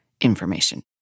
information